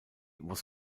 was